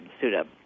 suit-up